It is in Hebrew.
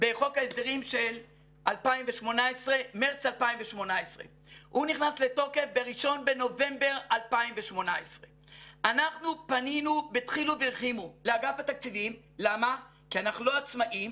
בחוק ההסדרים של מרץ 2018. הוא נכנס לתוקף ב-1 בנובמבר 2018. אנחנו פנינו בדחילו ורחימו לאגף התקציבים כי אנחנו לא עצמאיים,